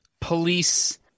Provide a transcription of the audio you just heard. police